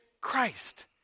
Christ